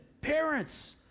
parents